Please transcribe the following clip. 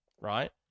right